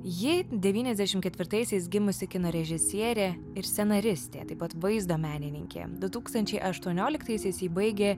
jai devyniasdešim ketvirtaisiais gimusi kino režisierė ir scenaristė taip pat vaizdo menininkė du tūkstančiai aštuonioliktaisiais ji baigė